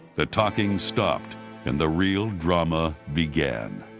the talking stopped and the real drama began.